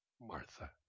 Martha